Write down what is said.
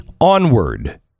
onward